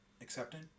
Accepting